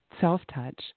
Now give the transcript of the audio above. self-touch